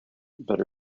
but